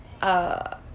uh